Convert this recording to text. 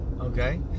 okay